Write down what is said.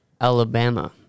Alabama